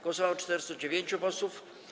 Głosowało 409 posłów.